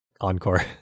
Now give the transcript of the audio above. Encore